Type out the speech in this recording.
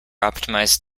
optimized